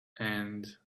and